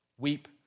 Weep